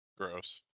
Gross